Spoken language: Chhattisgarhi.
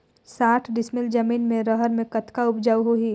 साठ डिसमिल जमीन म रहर म कतका उपजाऊ होही?